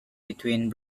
between